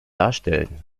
darstellen